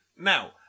Now